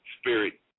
spirit